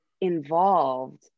involved